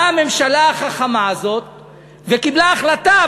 באה הממשלה החכמה הזו וקיבלה החלטה,